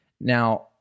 Now